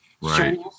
Right